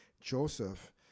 joseph